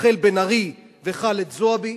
רחל בן-ארי וח'אלד זועבי,